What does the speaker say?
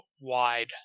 wide